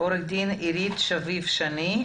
שביב שני,